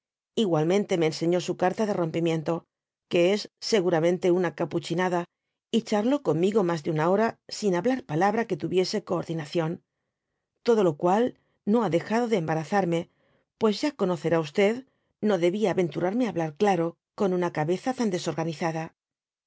igualmente me enseñó su carta de rompimiento que es seguramente una capuchinada y charló conmigo mas dby google de una bora sin hablar palabra que tnyiese goordinaciod todo lo cual no ha dejado de enibarazarme pues ya conocerá no deúsl aven tuiarme á habkr claro con una cahetu tan